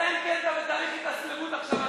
אלא אם כן אתה בתהליך התאסלמות עכשיו,